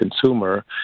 consumer